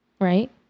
right